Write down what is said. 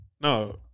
No